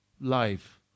life